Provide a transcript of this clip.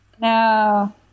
No